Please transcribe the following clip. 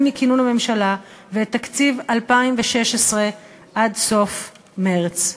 מכינון הממשלה ואת תקציב 2016 עד סוף מרס.